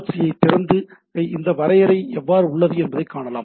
C ஐத் திறந்து இந்த வரையறை எவ்வாறு உள்ளது என்பதைக் காணலாம்